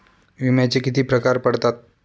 विम्याचे किती प्रकार पडतात?